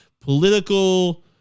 political